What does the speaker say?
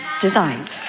designed